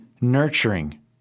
nurturing